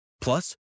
Plus